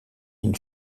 une